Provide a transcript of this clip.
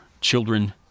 children